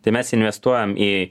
tai mes investuojam į